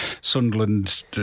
Sunderland